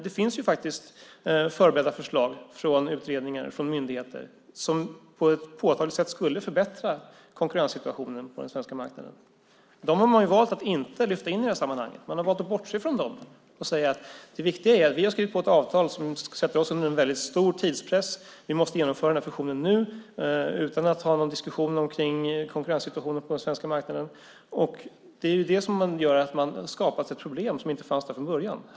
Det finns faktiskt förberedda förslag från utredningar och från myndigheter som på ett påtagligt sätt skulle förbättra konkurrenssituationen på den svenska marknaden. Dem har man valt att inte lyfta in i det här sammanhanget. Man har valt att bortse från dem och säga att det viktiga är att vi har skrivit på ett avtal som sätter oss under en mycket stor tidspress. Vi måste genomföra den här fusionen nu utan att ha någon diskussion om konkurrenssituationen på den svenska marknaden. Det är det som gör att det skapas ett problem som inte fanns där från början.